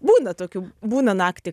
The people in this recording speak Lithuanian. būna tokių būna naktį